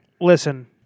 Listen